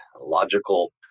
logical